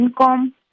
Income